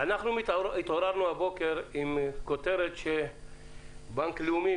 התעוררנו הבוקר עם כותרת שבנק לאומי,